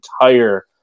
entire